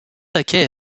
taquet